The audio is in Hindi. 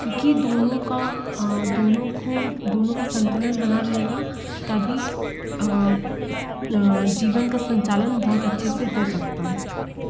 क्योंकि दोनों का दोनों को दोनों का संतुलन बना रहेगा तभी जीवन का संचालन बहुत अच्छे से हो सकता है